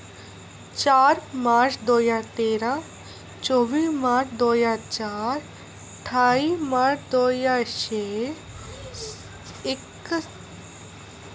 चार मार्च दो ज्हार तेरां चौह्बी मार्च दो ज्हार चार ठाई मार्च दो ज्हार छे इक्क